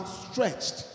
stretched